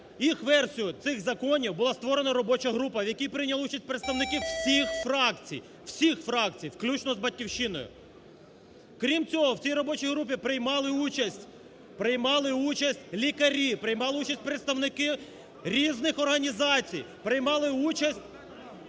їх версію цих законів, була створена робоча група, в якій прийняли участь представники всіх фракцій. Всіх фракцій, включно з "Батьківщиною". Крім цього, в цій робочій групі приймали участь… приймали участь лікарі, приймали участь представники різних організацій, приймали участь